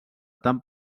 tant